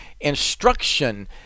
instruction